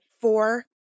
four